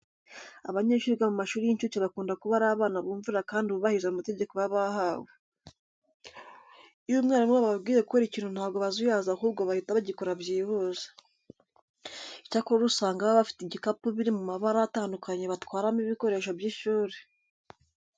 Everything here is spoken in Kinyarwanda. Abanyeshuri biga mu mashuri y'incuke bakunda kuba ari abana bumvira kandi bubahiriza amategeko baba bahawe. Iyo umwarimu wabo ababwiye gukora ikintu ntabwo bazuyaza ahubwo bahita bagikora byihuse. Icyakora usanga baba bafite ibikapu biri mu mabara atandukanye batwaramo ibikoresho by'ishuri.